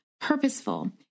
purposeful